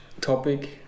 topic